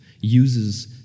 uses